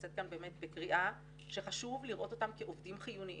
יוצאת כאן באמת בקריאה שחשוב לראות אותם כעובדים חיוניים.